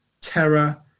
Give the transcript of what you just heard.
terror